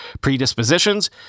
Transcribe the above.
predispositions